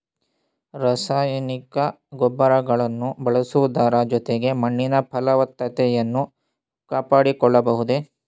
ರಾಸಾಯನಿಕ ಗೊಬ್ಬರಗಳನ್ನು ಬಳಸುವುದರ ಜೊತೆಗೆ ಮಣ್ಣಿನ ಫಲವತ್ತತೆಯನ್ನು ಕಾಪಾಡಿಕೊಳ್ಳಬಹುದೇ?